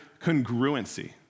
congruency